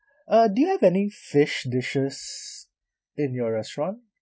uh do you have any fish dishes in your restaurant